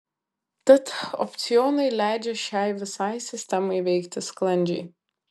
tad opcionai leidžia šiai visai sistemai veikti sklandžiai